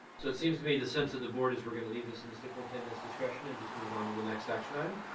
so it seems to me the sense that the board is we're going to leave this in the superintendent's discretion and just move on to the next action item.